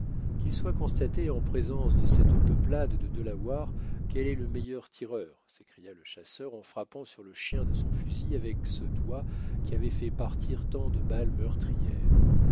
qu'il soit constaté en présence de cette peuplade de delawares quel est le meilleur tireur s'écria le chasseur en frappant sur le chien de son fusil avec ce doigt qui avait fait partir tant de balles meurtrières